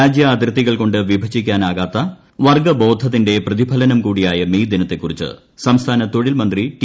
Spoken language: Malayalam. രാജ്യാതിർത്തികൾകൊണ്ട് വിഭജിക്കാനാകാത്ത പ്രർഗ്ഗ് ബോധത്തിന്റെ പ്രതിഫലനം കൂടിയായ മേയ് ദിന്ത്തെക്കുറിച്ച് സംസ്ഥാന തൊഴിൽ മന്ത്രി ടി